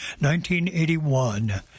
1981